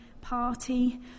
party